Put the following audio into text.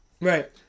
Right